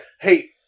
hey